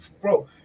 Bro